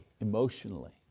emotionally